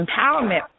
empowerment